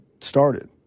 started